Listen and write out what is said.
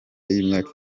y’imyaka